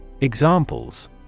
Examples